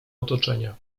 otoczenia